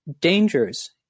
dangers